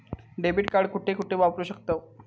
Debit card कुठे कुठे वापरू शकतव?